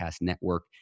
network